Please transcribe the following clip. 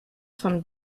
von